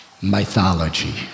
mythology